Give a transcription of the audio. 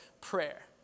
prayer